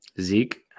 Zeke